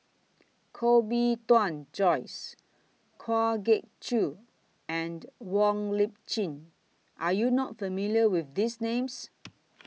Koh Bee Tuan Joyce Kwa Geok Choo and Wong Lip Chin Are YOU not familiar with These Names